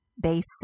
basic